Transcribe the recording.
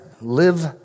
live